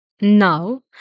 Now